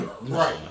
Right